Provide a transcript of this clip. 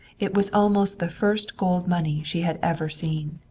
it was almost the first gold money she had ever seen.